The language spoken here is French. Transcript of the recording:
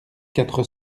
quatre